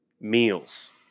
meals